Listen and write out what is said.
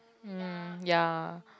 mm ya